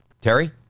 Terry